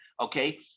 okay